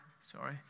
sorry